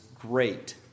great